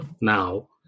now